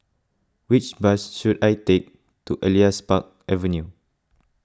which bus should I take to Elias Park Avenue